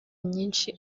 nyinshi